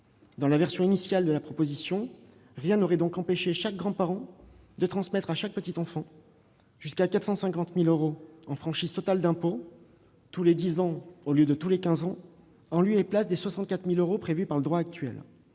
Dans la version initiale de ce texte, rien n'aurait empêché à chacun des deux grands-parents de transmettre à chacun de ses petits-enfants jusqu'à 450 000 euros en franchise totale d'impôt, tous les dix ans au lieu de tous les quinze ans, en lieu et place des 64 000 euros prévus par le droit actuel.